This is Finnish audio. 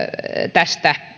tästä